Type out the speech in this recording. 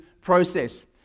process